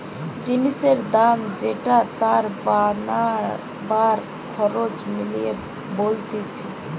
জিনিসের দাম যেটা তার বানাবার খরচ মিলিয়ে বলতিছে